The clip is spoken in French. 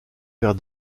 vers